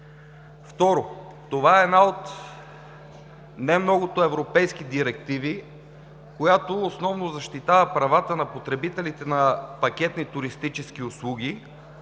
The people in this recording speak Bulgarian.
Второ, това е една от немногото европейски директиви, която основно защитава правата на потребителите на пакетни туристически услуги,